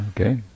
okay